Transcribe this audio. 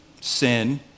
sin